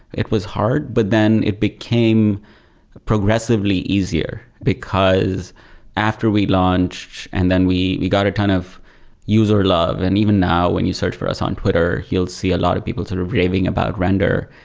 it was hard, but then it became progressively easier. because after we launched and then we we got a ton of user love, and even now when you search for us on twitter, you'll see a lot of people sort of raving about render.